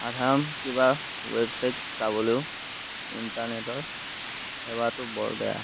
সাধাৰণ কিবা ৱেবছাইট চাবলৈয়ো ইণ্টাৰনেটৰ সেৱাটো বৰ বেয়া